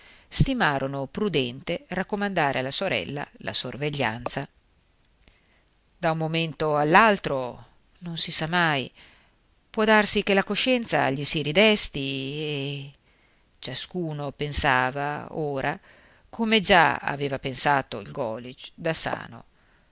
timore stimarono prudente raccomandare alla sorella la sorveglianza da un momento all'altro non si sa mai può darsi che la coscienza gli si ridesti e ciascuno pensava ora come già aveva pensato il golisch da sano